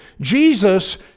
Jesus